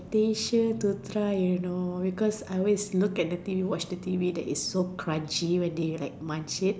temptation to try you now because I always look at the T_V always watch the T_V like so crunchy when they like munch it